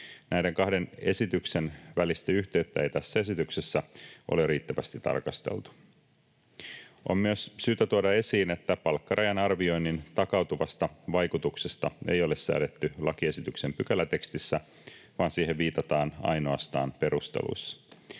Näiden kahden esityksen välistä yhteyttä ei tässä esityksessä ole riittävästi tarkasteltu. On myös syytä tuoda esiin, että palkkarajan arvioinnin takautuvasta vaikutuksesta ei ole säädetty lakiesityksen pykälätekstissä, vaan siihen viitataan ainoastaan perusteluissa.